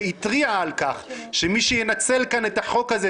והתריעה על כך שמי שינצל את החוק הזה,